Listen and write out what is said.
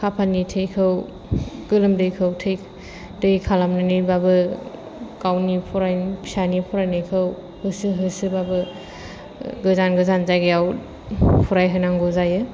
खाफालनि थैखौ गोलोमदैखौ थै दै खालामनानैबाबो गावनि फरायनाय फिसानि फरायनायखौ गोसो होसोबाबो गोजान गोजान जायगायाव फरायहोनांगौ जायो